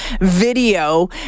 video